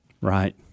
Right